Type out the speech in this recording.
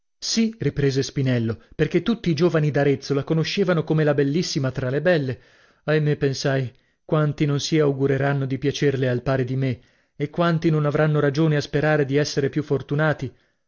sì riprese spinello perchè tutti i giovani d'arezzo la conoscevano come la bellissima tra le belle ahimè pensai quanti non si augureranno di piacerle al pari di me e quanti non avranno ragione a sperare di essere più fortunati